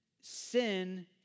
sin